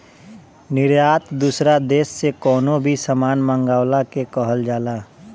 निर्यात दूसरा देस से कवनो भी सामान मंगवला के कहल जाला